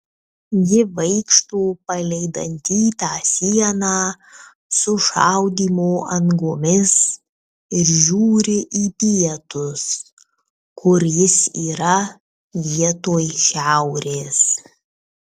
ji vaikšto palei dantytą sieną su šaudymo angomis ir žiūri į pietus kur jis yra vietoj šiaurės